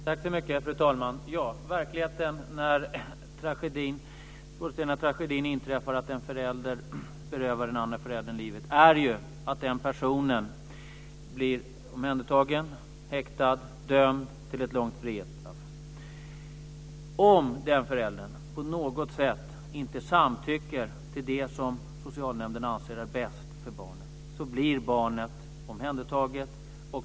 Fru talman! Verkligheten när den fullständiga tragedin inträffar att en förälder berövar den andra föräldern livet är ju att den personen blir omhändertagen, häktad, dömd till ett långt frihetsstraff. Om den föräldern inte på något sätt samtycker till det som socialnämnden anser är bäst för barnet blir barnet omhändertaget.